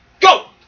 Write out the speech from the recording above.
go